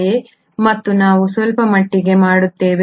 ಮತ್ತು ನಾವು ಸ್ವಲ್ಪ ಮಟ್ಟಿಗೆ ಮಾಡುತ್ತೇವೆ